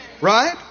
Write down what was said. Right